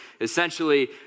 essentially